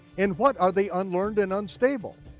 and what are the unlearned and unstable?